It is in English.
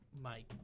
Mike